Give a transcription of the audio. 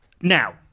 Now